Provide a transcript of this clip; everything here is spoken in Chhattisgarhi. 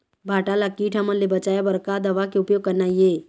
भांटा ला कीट हमन ले बचाए बर का दवा के उपयोग करना ये?